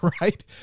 right